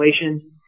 inflation